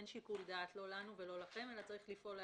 אין שיקול דעת לא לנו ולא לכם אלא צריך לפעול לאכיפתו.